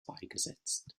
beigesetzt